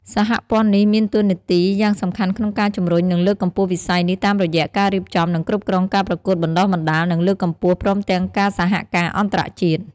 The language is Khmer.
សហព័ន្ធនេះមានតួនាទីយ៉ាងសំខាន់ក្នុងការជំរុញ និងលើកកម្ពស់វិស័យនេះតាមរយៈ ការរៀបចំ និងគ្រប់គ្រងការប្រកួត បណ្តុះបណ្តាល និងលើកកម្ពស់ ព្រមទាំងការសហការអន្តរជាតិ។